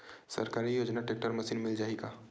सरकारी योजना tractor machine मिल जाही का?